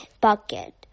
bucket